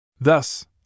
Thus